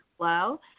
hello